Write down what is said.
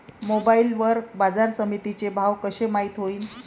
Mobile वर बाजारसमिती चे भाव कशे माईत होईन?